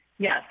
Yes